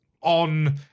on